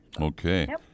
Okay